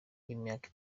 y’imyaka